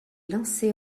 lancée